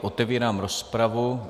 Otevírám rozpravu.